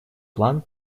план